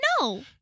No